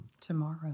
tomorrow